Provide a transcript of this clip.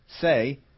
say